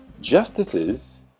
justices